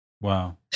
Wow